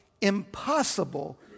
impossible